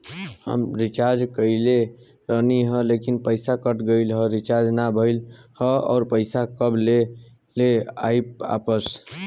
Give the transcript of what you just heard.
हम रीचार्ज कईले रहनी ह लेकिन पईसा कट गएल ह रीचार्ज ना भइल ह और पईसा कब ले आईवापस?